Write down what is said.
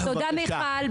תודה, מיכל.